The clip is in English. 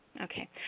Okay